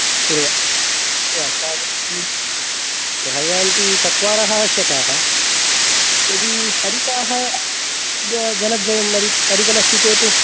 एवं अस्माकं ग्रहशान्ति चत्वारः अवश्यकाः यदि अधिकाः द्वे जनद्वयम् अधिकमस्ति चेत्